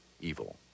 evil